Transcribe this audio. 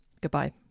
Goodbye